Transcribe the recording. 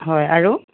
হয় আৰু